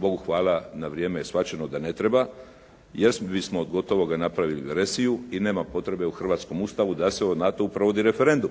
Bogu hvala na vrijeme je shvaćeno da ne treba, jer … /Govornik se ne razumije./ … od gotovoga napravili veresiju i nema potrebe u hrvatskom Ustavu da se u NATO-u uvodi u referendum.